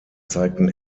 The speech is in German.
zeigten